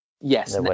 Yes